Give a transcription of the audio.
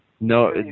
no